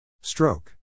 Stroke